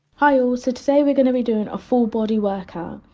i also to say, we're going to be doing a full body workout,